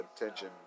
attention